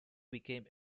became